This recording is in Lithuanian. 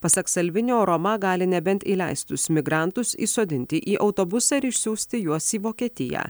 pasak salvinio roma gali nebent įleistus migrantus įsodinti į autobusą ir išsiųsti juos į vokietiją